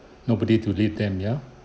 nobody to lead them ya